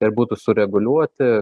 ir būtų sureguliuoti